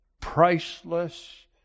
priceless